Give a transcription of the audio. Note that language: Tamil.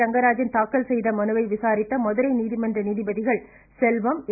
ரங்கராஜன் தாக்கல் செய்த மனுவை விசாரித்த மதுரை நீதிமன்ற நீதிபதிகள் செல்வம் ஏ